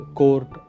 court